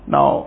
Now